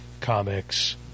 comics